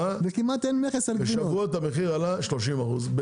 בשבועות המחיר עלה ב-30%.